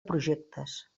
projectes